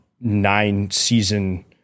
nine-season